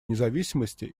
независимости